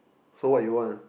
so what you want